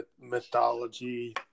mythology